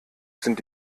sind